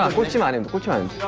i didn't put arms